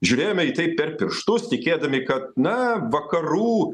žiūrėjome į tai per pirštus tikėdami kad na vakarų